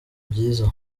byiza